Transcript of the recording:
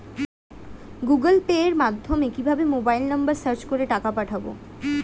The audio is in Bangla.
গুগোল পের মাধ্যমে কিভাবে মোবাইল নাম্বার সার্চ করে টাকা পাঠাবো?